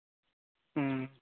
ᱦᱮᱸ